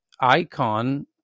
icon